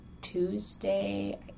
Tuesday